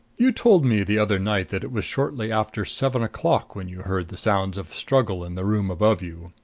you told me the other night that it was shortly after seven o'clock when you heard the sounds of struggle in the room above you.